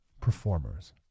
performers